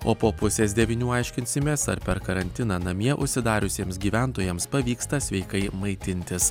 o po pusės devynių aiškinsimės ar per karantiną namie užsidariusiems gyventojams pavyksta sveikai maitintis